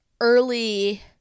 early